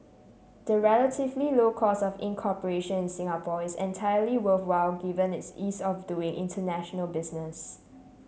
the relatively low cost of incorporation in Singapore is entirely worthwhile given its ease of doing international business